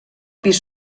pis